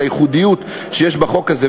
את הייחודיות שיש בחוק הזה,